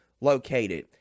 located